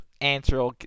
answer